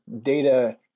data